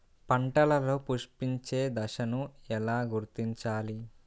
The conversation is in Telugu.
పంటలలో పుష్పించే దశను ఎలా గుర్తించాలి?